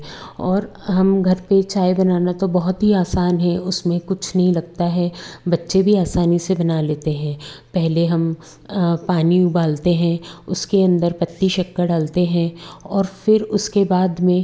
और हम घर पर चाय बनाना तो बहुत ही आसान है उसमें कुछ नहीं लगता है बच्चे भी आसानी से बना लेते हैं पहले हम पानी उबालते हैं उसके अंदर पत्ती शक्कर डालते हैं और फिर उसके बाद में